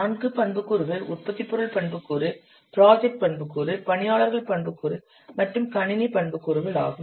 நான்கு பண்புக்கூறுகள் உற்பத்திப் பொருள் பண்புக்கூறு ப்ராஜெக்ட் பண்புக்கூறு பணியாளர்கள் பண்புக்கூறு மற்றும் கணினி பண்புக்கூறுகள் ஆகும்